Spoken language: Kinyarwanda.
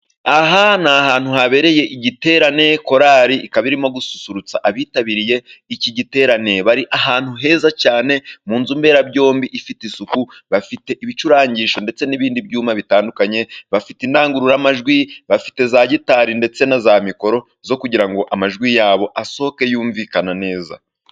Aha ni ahantu habereye igiterane, korari ikaba irimo gususurutsa abitabiriye iki giterane. Bari ahantu heza cyane mu nzu mberabyombi ifite isuku. Bafite ibicurangisho ndetse n'ibindi byuma bitandukanye, bafite indangururamajwi, bafite za gitari ndetse na za mikoro, zo kugira ngo amajwi yabo asohoke yumvikana neza.